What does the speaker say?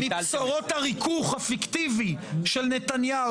בבשורות הריכוך הפיקטיבי של נתניהו.